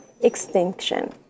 extinction